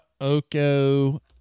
Oko